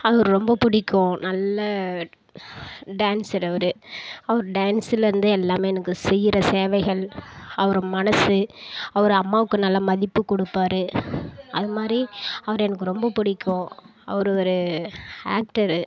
அவரை ரொம்ப பிடிக்கும் நல்ல டான்ஸர் அவர் அவர் டான்ஸ்ஸுலேருந்து எல்லாமே எனக்கு செய்கிற சேவைகள் அவர் மனது அவர் அம்மாவுக்கு நல்ல மதிப்பு கொடுப்பாரு அது மாதிரி அவரை எனக்கு ரொம்ப பிடிக்கும் அவர் ஒரு ஆக்டரு